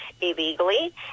illegally